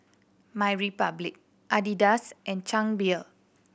MyRepublic Adidas and Chang Beer